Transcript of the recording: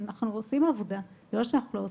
אנחנו עושים עבודה, זה לא שאנחנו לא עושים.